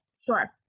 sure